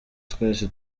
twese